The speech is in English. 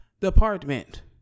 department